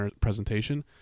presentation